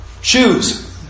shoes